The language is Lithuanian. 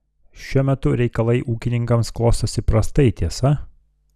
šiuo metu reikalai ūkininkams klostosi prastai tiesa